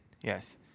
yes